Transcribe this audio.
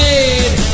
made